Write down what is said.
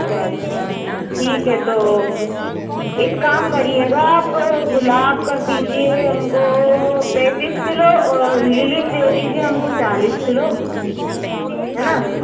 अच्छा अच्छा अच्छा ठीक है तो एक काम करिएगा आप गुलाब कर दीजिए हमको पैंतीस किलो और लिली दे दीजिए हमको चालिस किलो है ना